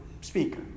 speaker